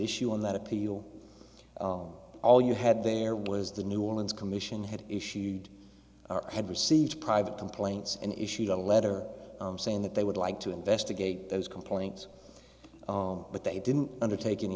issue on that appeal all you had there was the new orleans commission had issued had received private complaints and issued a letter saying that they would like to investigate those complaints on but they didn't undertake any